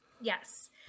Yes